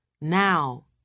Now